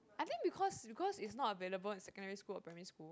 I think because because it's not available in secondary school or primary school